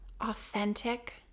authentic